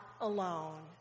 alone